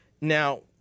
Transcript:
Now